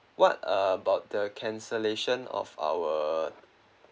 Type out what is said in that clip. what uh about the cancellation of our